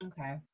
okay